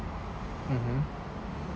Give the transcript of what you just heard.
mmhmm